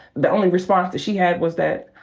the only response that she had was that,